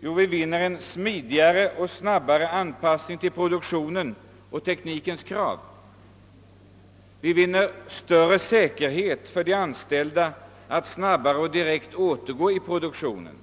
Vi vinner en smidigare och snabbare anpassning till produktionens och teknikens krav. Vi vinner större säkerhet för de anställda att snabbare och direkt återgå till produktionen.